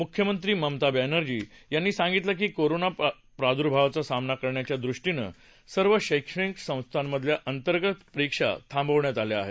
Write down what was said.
मुख्यमंत्री ममता बॅनर्जी यांनी सांगितलं की कोरोना प्रादुर्भावाचा सामना करण्याच्या दृष्टीनं सर्व शैक्षणिक संस्थांमधल्या अंतर्गत परीक्षा थांबवण्यात आल्या आहेत